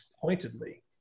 pointedly